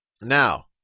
Now